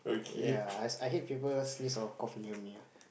ya ice I hate people sneeze or cough near me